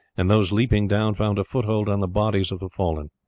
and those leaping down found a foothold on the bodies of the fallen.